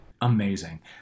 Amazing